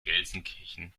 gelsenkirchen